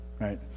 right